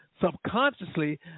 subconsciously